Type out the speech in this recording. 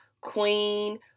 queen